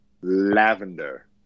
Lavender